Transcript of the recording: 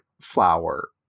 flower